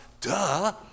Duh